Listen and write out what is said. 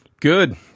Good